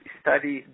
study